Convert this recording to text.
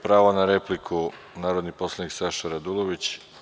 Pravo na repliku, narodni poslanik Saša Radulović.